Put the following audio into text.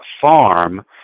farm